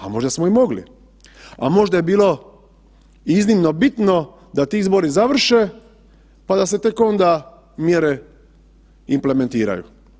A možda smo i mogli, a možda je bilo iznimno bitno da ti izbori završe pa da se tek onda mjere implementiraju.